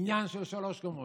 בניין של שלוש קומות,